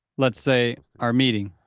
let's say, our meeting.